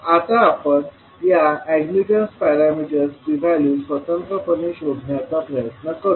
आता आपण या अॅडमिटन्स पॅरामीटर्सची व्हॅल्यू स्वतंत्रपणे शोधण्याचा प्रयत्न करू